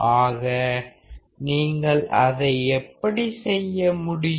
ஆக நீங்கள் அதை எப்படி செய்ய முடியும்